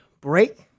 break